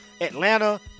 Atlanta